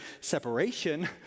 separation